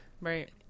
Right